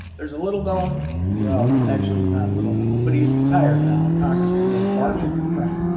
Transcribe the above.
there's a little-known well, actually he's not little-known, but he's retired now congressman named barney frank.